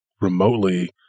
remotely